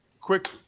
quick